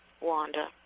Wanda